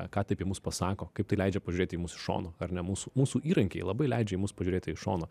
ką tai apie mus pasako kaip tai leidžia pažiūrėti į mus iš šono ar ne mūsų mūsų įrankiai labai leidžia į mus pažiūrėti iš šono